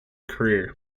career